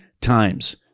times